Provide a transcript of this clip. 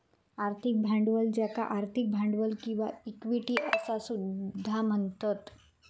आर्थिक भांडवल ज्याका आर्थिक भांडवल किंवा इक्विटी असा सुद्धा म्हणतत